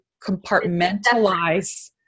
compartmentalize